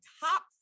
top